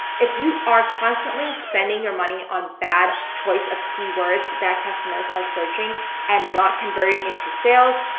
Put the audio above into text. if you are constantly spending your money on bad choice of keywords that customers are searching and not converting into sales,